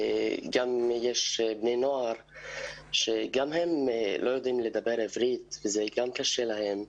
יש גם בני נוער שגם הם לא יודעים לדבר בעברית וזה גם קשה להם,